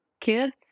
kids